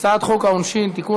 הצעת חוק העונשין (תיקון,